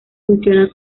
funciona